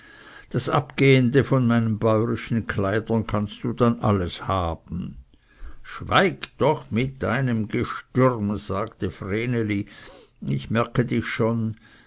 das abgende von meinen bäurschen kleidern kannst du dann alles haben schweig doch mit deinem gstürm sagte vreneli ich merke dich schon